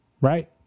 Right